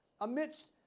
amidst